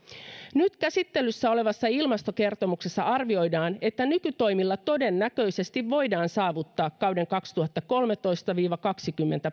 nyt käsittelyssä olevassa ilmastokertomuksessa arvioidaan että nykytoimilla todennäköisesti voidaan saavuttaa kauden kaksituhattakolmetoista viiva kaksituhattakaksikymmentä